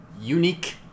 unique